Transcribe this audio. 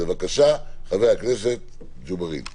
חבר הכנסת ג'בארין, בבקשה.